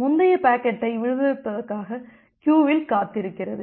முந்தைய பாக்கெட்டைப் விடுவிப்பதற்காக க்வியூவில் காத்திருகிறது